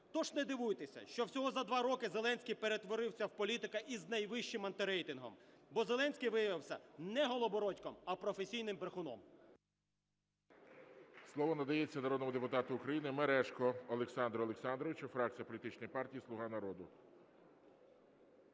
Тож не дивуйтеся, що всього за два роки Зеленський перетворився в політика із найвищим антирейтингом, бо Зеленський виявився не Голобородьком, а професійним брехуном.